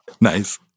nice